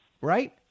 right